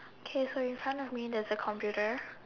okay so in front of me there is a computer